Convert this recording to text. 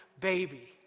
baby